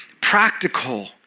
practical